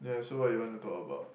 yeah so what you want to talk about